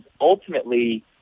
ultimately